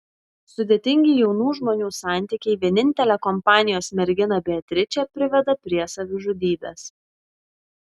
sudėtingi jaunų žmonių santykiai vienintelę kompanijos merginą beatričę priveda prie savižudybės